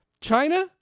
china